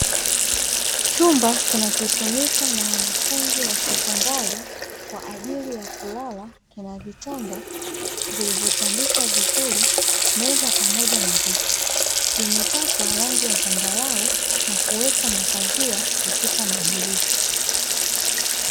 Chumba kinachotumika na wanafunzi wa sekondari kwa ajili ya kulala kina vitanda vilivyotandikwa vizuri, meza pamoja na viti, kimepakwa rangi ya zambarau na kuwekwa mapazia katika madirisha.